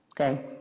okay